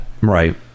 Right